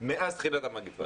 מאז תחילת המגפה.